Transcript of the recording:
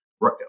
Right